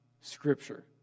scripture